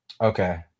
okay